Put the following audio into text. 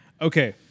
Okay